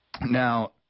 now